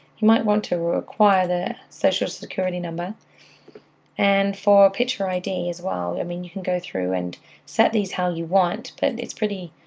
you might want to require the social security number and for picture id as well. i mean you can go through and set these how you want, but it's pretty